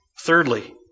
Thirdly